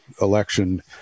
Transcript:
election